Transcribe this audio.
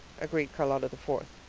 agreed charlotta the fourth,